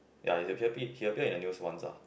ya appear he appeared in the news once ah